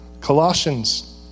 Colossians